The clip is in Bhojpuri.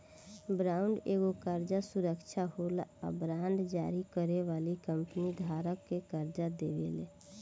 बॉन्ड एगो कर्जा सुरक्षा होला आ बांड जारी करे वाली कंपनी धारक के कर्जा देवेले